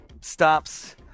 stops